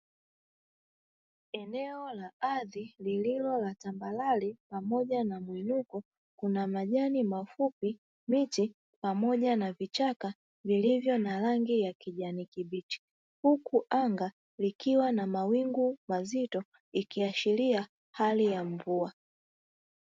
Eneo la wazi lililo na tambarare pamoja na muinuko, kuna majani mafupi, miti pamoja na vichaka vilivyo na rangi ya kijani kibichi, huku anga likiwa na mawingu mazito. Ikiashiria hali ya mvua.